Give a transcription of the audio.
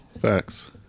Facts